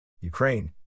Ukraine